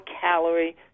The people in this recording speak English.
calorie